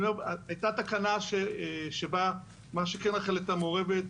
הייתה תקנה שבה רח"ל הייתה מעורבת,